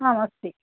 आम् अस्ति